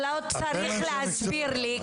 אתה לא צריך להסביר לי.